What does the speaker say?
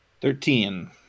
Thirteen